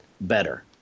better